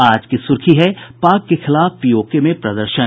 आज की सुर्खी है पाक के खिलाफ पीओके में प्रदर्शन